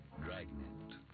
Dragnet